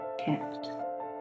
kept